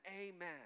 Amen